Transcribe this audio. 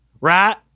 right